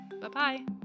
Bye-bye